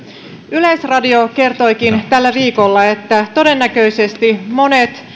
yleisradio kertoikin tällä viikolla että todennäköisesti monet